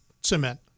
cement